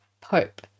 Pope